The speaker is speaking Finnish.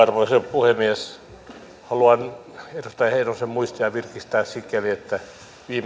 puhemies haluan edustaja heinosen muistia virkistää sikäli että viime